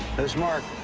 this is marc.